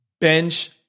bench